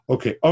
Okay